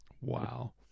Wow